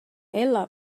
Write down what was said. ella